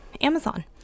Amazon